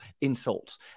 insults